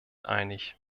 einig